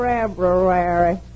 February